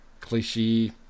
cliche